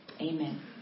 amen